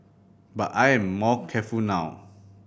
but I'm more careful now